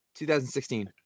2016